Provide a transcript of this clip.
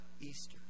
Easter